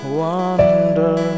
wonder